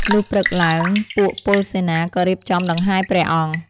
លុះព្រឹកឡើង ពួកពលសេនាក៏រៀបចំដង្ហែព្រះអង្គ។